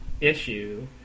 issue